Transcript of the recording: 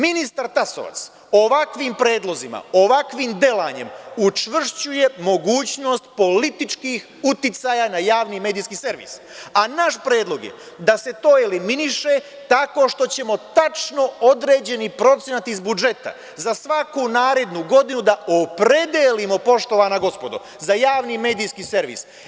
Ministar Tasovac, ovakvim predlozima, ovakvim delanjem, učvršćuje mogućnost političkih uticaja na javni medijski servis, a naš predlog je da se to eliminiše, tako što ćemo tačno određeni procenat iz budžeta za svaku narednu godinu da opredelimo, poštovana gospodo, za javni medijski servis.